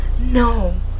No